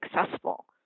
successful